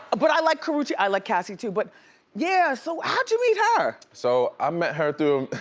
but i like karrueche, i like cassie too. but yeah, so how'd you meet her? so, i met her through